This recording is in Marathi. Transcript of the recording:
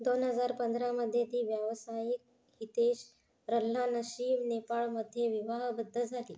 दोन हजार पंधरामध्ये ती व्यावसायिक हितेश रल्हानशी नेपाळमध्ये विवाहद्द्दध झाली